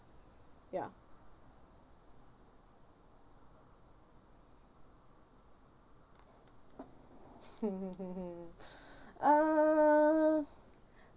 ya uh